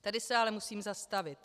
Tady se ale musím zastavit.